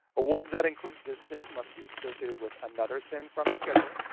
awards that include this sin must be associated with another sin from the schedule,